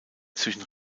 zwischen